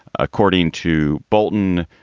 according to bolton,